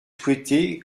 souhaitez